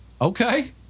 Okay